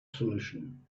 solution